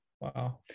wow